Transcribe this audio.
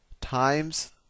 times